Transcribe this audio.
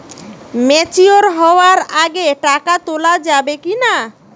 Mature হওয়ার আগে টাকা তোলা যাবে কিনা?